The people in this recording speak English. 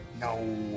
No